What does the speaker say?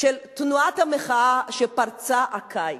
של תנועת המחאה שפרצה הקיץ.